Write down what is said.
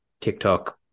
TikTok